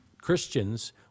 Christians